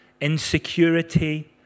insecurity